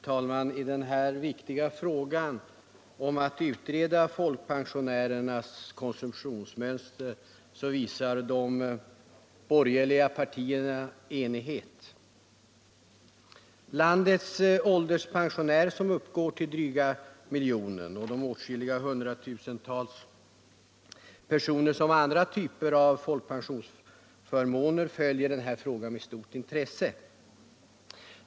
Fru talman! I denna viktiga fråga, att utreda folkpensionärernas konsumtionsmönster, visar de borgerliga partierna enighet. Landets ålderspensionärer, som uppgår till en dryg miljon, och de åtskilliga hundra tusen personer som har andra typer av folkpensionsförmåner följer denna fråga med stort intresse.